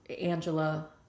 Angela